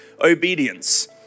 obedience